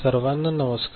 सर्वांना नमस्कार